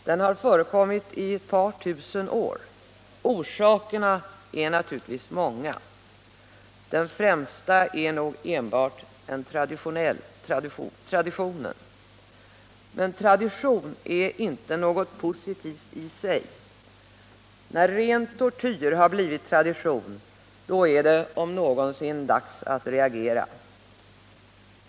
Den har förekommit i ett par tusen år. Och orsakerna är naturligtvis många. Den främsta är nog enbart traditionen. Men tradition är inte något positivt i sig. När ren tortyr har blivit tradition, då är det om någonsin dags att reagera.